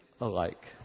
alike